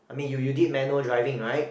I mean you you did manual driving right